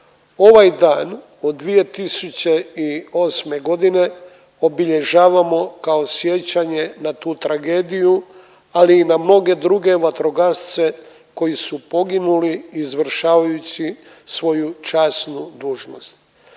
Ovaj dan od 2008.g. obilježavamo kao sjećanje na tu tragediju, ali i na mnoge druge vatrogasce koji su poginuli izvršavajući svoju časnu dužnost.